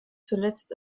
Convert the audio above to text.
zuletzt